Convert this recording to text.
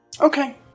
Okay